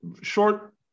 short